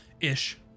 Ish